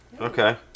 Okay